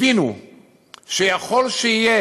הבינו שיכול שיהיה